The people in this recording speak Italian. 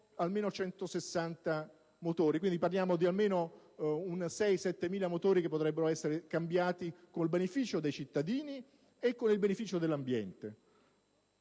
almeno 160 motori: quindi, parliamo di almeno 6.000-7.000 motori che avrebbero potuto essere cambiati, con beneficio dei cittadini e con beneficio dell'ambiente.